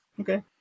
Okay